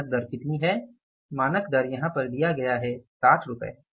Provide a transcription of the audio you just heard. मानक दर कितनी है मानक दर यहाँ पर यह दिया गया है 60 रुपये